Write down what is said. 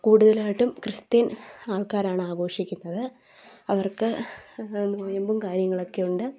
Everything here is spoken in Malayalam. കൂടുതലായിട്ടും ക്രിസ്ത്യൻ ആൾക്കാരാണ് ആഘോഷിക്കുന്നത് അവർക്ക് നൊയമ്പും കാര്യങ്ങളൊക്കെയുണ്ട്